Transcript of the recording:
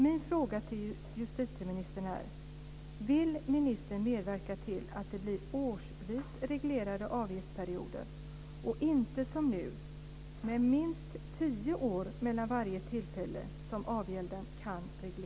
Min fråga till justitieministern är: Vill ministern medverka till att det blir årsvis reglerade avgäldsperioder och inte, som nu, med minst tio år mellan varje tillfälle som avgälden kan regleras?